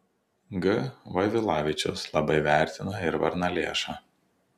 g vaivilavičius labai vertina ir varnalėšą